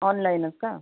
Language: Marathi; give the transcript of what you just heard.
ऑनलाईनच का